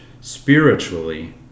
spiritually